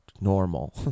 normal